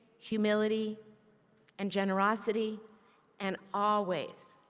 humility and generosity and always,